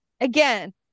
again